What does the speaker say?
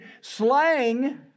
slang